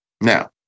now